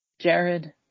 Jared